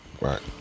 Right